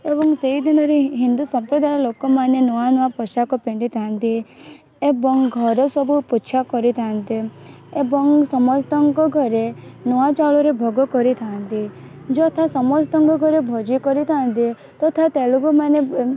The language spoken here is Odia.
ଏବଂ ସେଇ ଦିନରେ ହିନ୍ଦୁ ସମ୍ପ୍ରଦାୟର ଲୋକମାନେ ନୂଆ ନୂଆ ପୋଷାକ ପିନ୍ଧିଥାନ୍ତି ଏବଂ ଘର ସବୁ ପୋଛା କରିଥାନ୍ତି ଏବଂ ସମସ୍ତଙ୍କ ଘରେ ନୂଆ ଚାଉଳରେ ଭୋଗ କରିଥାନ୍ତି ଯଥା ସମସ୍ତଙ୍କ ଘରେ ଭୋଜି କରିଥାନ୍ତି ତଥା ତେଲୁଗୁ ମାନେ